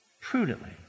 Prudently